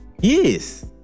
Yes